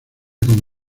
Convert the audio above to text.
con